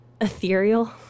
ethereal